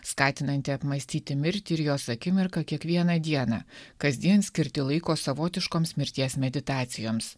skatinanti apmąstyti mirtį ir jos akimirką kiekvieną dieną kasdien skirti laiko savotiškoms mirties meditacijoms